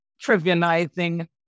trivializing